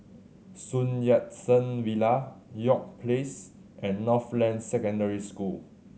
Sun Yat Sen Villa York Place and Northland Secondary School